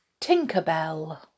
Tinkerbell